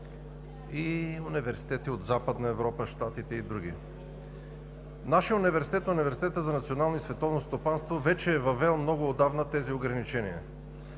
и университети от Западна Европа, Щатите и други. Нашият университет – Университетът за национално и световно стопанство, много отдавна е въвел тези ограничения.